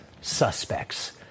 suspects